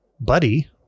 buddy